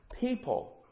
people